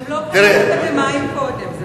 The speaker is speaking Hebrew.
הוא גם לא כלל אקדמאים קודם.